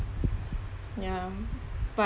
ya but